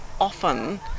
often